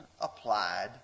applied